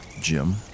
Jim